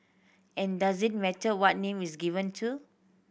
and does it matter what name is given to it